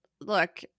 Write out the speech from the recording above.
Look